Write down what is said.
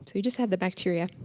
so you just have the bacteria.